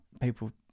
people